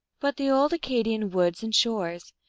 but the old acadian woods and shores,